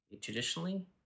Traditionally